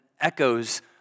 echoes